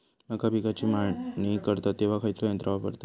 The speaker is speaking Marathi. मका पिकाची मळणी करतत तेव्हा खैयचो यंत्र वापरतत?